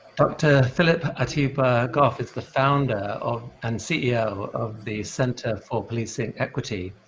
dr. phillip atiba goff is the founder and ceo of the center for policing equity.